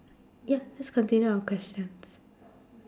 ya let's continue our questions